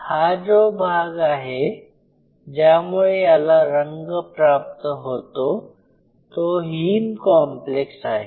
हा जो भाग आहे ज्यामुळे याला रंग प्राप्त होतो तो हिम कॉम्प्लेक्स आहे